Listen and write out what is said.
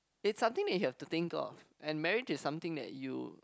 it's something that you have to think of and marriage is something that you